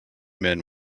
men